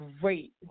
great